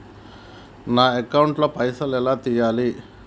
నా అకౌంట్ ల పైసల్ ఎలా తీయాలి?